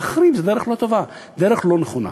להחרים זו דרך לא טובה, דרך לא נכונה.